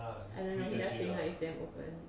I don't know he just it's damn open